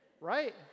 right